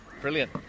Brilliant